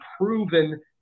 proven